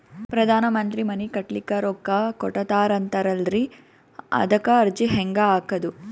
ಪ್ರಧಾನ ಮಂತ್ರಿ ಮನಿ ಕಟ್ಲಿಕ ರೊಕ್ಕ ಕೊಟತಾರಂತಲ್ರಿ, ಅದಕ ಅರ್ಜಿ ಹೆಂಗ ಹಾಕದು?